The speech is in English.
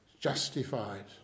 justified